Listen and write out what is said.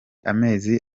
amezi